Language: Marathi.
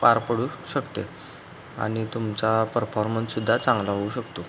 पार पडू शकते आणि तुमचा परफॉर्मन्ससुद्धा चांगला होऊ शकतो